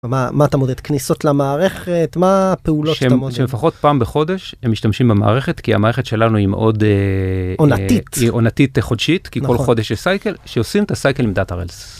מה אתה מודד? כניסות למערכת, מה הפעולות? שלפחות פעם בחודש הם משתמשים במערכת כי המערכת שלנו היא מאוד, עונתית, היא עונתית חודשית כי כל חודש יש סייקל שעושים את הסייקל עם דאטה רילס.